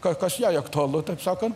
ką kas jai aktualu taip sakant